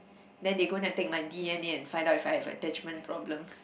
then they go and take my D_N_A and find out if I have attachment problems